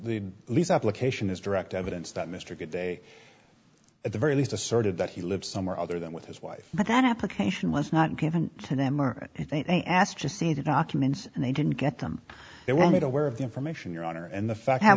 the least application is direct evidence that mr good day at the very least asserted that he lives somewhere other than with his wife but that application was not given to them or i think they asked to see the documents and they didn't get them they were made aware of the information your honor and the fact